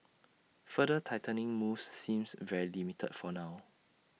further tightening moves seems very limited for now